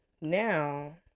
now